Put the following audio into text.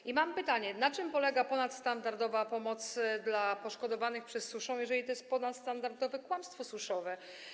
I mam pytanie: Na czym polega ponadstandardowa pomoc dla poszkodowanych przez suszę, jeżeli jest to ponadstandardowe kłamstwo suszowe?